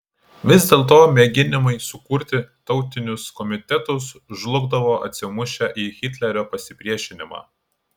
vis dėlto mėginimai sukurti tautinius komitetus žlugdavo atsimušę į hitlerio pasipriešinimą